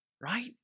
Right